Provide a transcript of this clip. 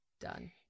done